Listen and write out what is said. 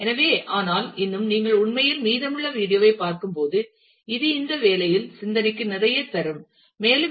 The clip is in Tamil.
எனவே ஆனால் இன்னும் நீங்கள் உண்மையில் மீதமுள்ள வீடியோவைப் பார்க்கும்போது இது இந்த வேலையில் சிந்தனைக்கு நிறைய தரும் மேலும்